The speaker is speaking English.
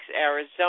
Arizona